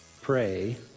pray